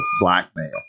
blackmail